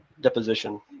deposition